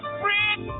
friend